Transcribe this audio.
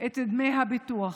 את דמי הביטוח.